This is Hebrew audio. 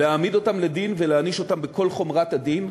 להעמיד אותם לדין ולהעניש אותם בכל חומרת הדין,